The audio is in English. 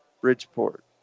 Bridgeport